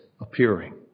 appearing